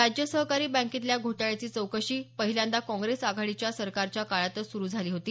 राज्य सहकारी बँकेतल्या घोटाळ्याची चौकशी पहिल्यांदा काँग्रेस आघाडीच्या सरकारच्या काळातच सुरु झाली होती